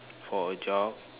for a jog